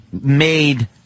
made